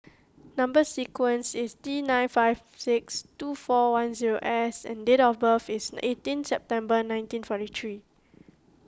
Number Sequence is T nine five six two four one zero S and date of birth is eighteen September nineteen forty three